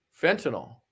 fentanyl